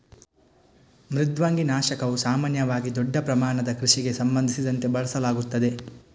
ಮೃದ್ವಂಗಿ ನಾಶಕವು ಸಾಮಾನ್ಯವಾಗಿ ದೊಡ್ಡ ಪ್ರಮಾಣದ ಕೃಷಿಗೆ ಸಂಬಂಧಿಸಿದಂತೆ ಬಳಸಲಾಗುತ್ತದೆ